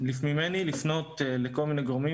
ממני לפנות לכל מיני גורמים,